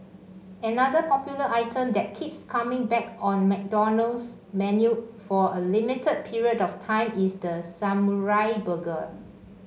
another popular item that keeps coming back on McDonald's menu for a limited period of time is the samurai burger